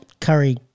curry